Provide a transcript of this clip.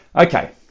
Okay